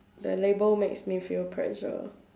the label makes me feel pressure